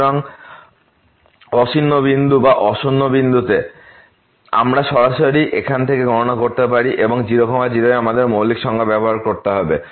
সুতরাং অ শূন্য বিন্দু যে অ শূন্য বিন্দুতে আমরা সরাসরি এখান থেকে গণনা করতে পারি এবং 0 0 এ আমাদের মৌলিক সংজ্ঞা ব্যবহার করতে হবে